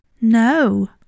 No